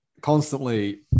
constantly